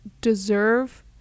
deserve